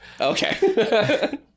Okay